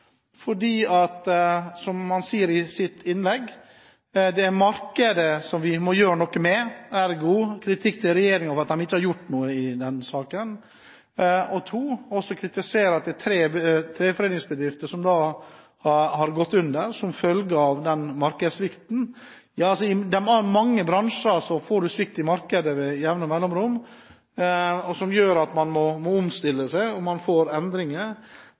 fordi, som han sier i sitt innlegg, det er markedet vi må gjøre noe med – ergo kritikk til regjeringen for at den ikke har gjort noe i denne saken. Han kritiserer at tre treforedlingsbedrifter har gått under som følge av markedssvikt. Ja, i mange bransjer får en svikt i markedet med jevne mellomrom, noe som gjør at man må omstille seg, og man får endringer.